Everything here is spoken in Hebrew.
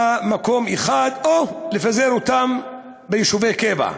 במקום אחד, או לפזר אותם ביישובי קבע.